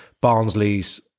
Barnsley's